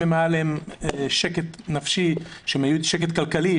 עושים אותה אם היה להם שקט נפשי ושקט כלכלי,